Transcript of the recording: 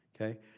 Okay